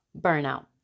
burnout